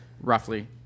roughly